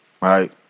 right